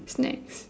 next